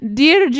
dear